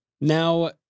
Now